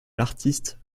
l’artiste